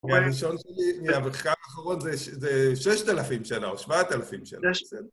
אבל הראשון שלי מהמחקר האחרון זה ששת אלפים שנה או שבעת אלפים שנה.